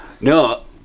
No